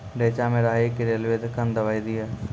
रेचा मे राही के रेलवे कन दवाई दीय?